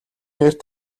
эрт